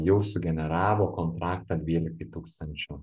jau sugeneravo kontraktą dvylikai tūkstančių